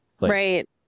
Right